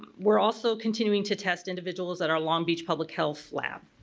we're also continuing to test individuals at our long beach public health lab.